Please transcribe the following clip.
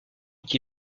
qui